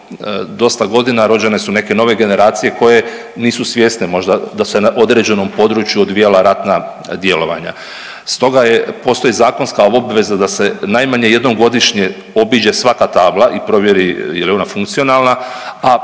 dosta godina, rođene su neke nove generacije koje nisu svjesne da se možda na određenom području odvijala ratna djelovanja. Stoga postoji zakonska obveza da se najmanje jednom godišnje obiđe svaka tabla i provjeri je li ona funkcionalna, a